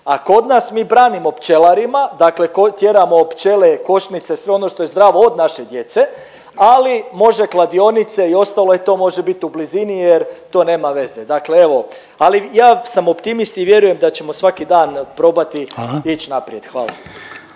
a kod nas, mi branimo pčelarima dakle tjeramo pčele, košnice, sve ono što je zdravo od naše djece, ali može kladionice i ostalo, e to može bit u blizini jer to nema veze, dakle evo, ali ja sam optimist i vjerujem da ćemo svaki dan probati…/Upadica